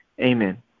Amen